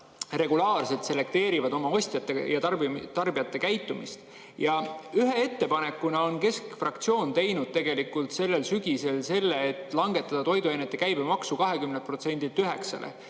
regulaarselt selekteerivad oma ostjate ja üldse tarbijate käitumist. Ühe ettepanekuna on keskfraktsioon tegelikult sellel sügisel ette pannud langetada toiduainete käibemaksu 20%‑lt 9%‑le.